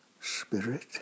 spirit